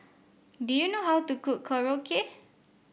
do you know how to cook Korokke